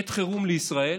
עת חירום לישראל,